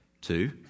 Two